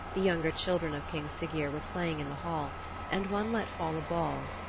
the younger children of king siggeir were playing in the hall and one let fall a ball.